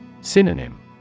Synonym